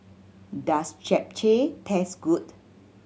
does Japchae taste good